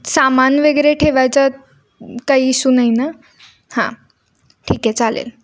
सामान वगैरे ठेवायच्या काही इशू नाही ना हां ठीक आहे चालेल